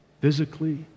physically